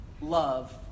love